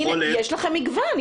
הנה, יש לכם מגוון.